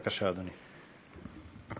בבקשה, אדוני.